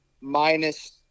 minus